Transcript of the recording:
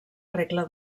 regla